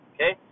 Okay